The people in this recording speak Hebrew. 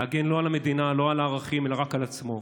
להגן לא על המדינה, לא על ערכים, אלא רק על עצמו,